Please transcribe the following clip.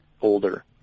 older